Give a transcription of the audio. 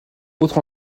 autre